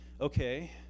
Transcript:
okay